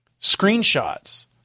screenshots